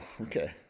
Okay